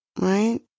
right